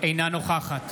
אינה נוכחת